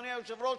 אדוני היושב-ראש,